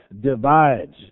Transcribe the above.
divides